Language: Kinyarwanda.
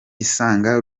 isanga